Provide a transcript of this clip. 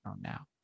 now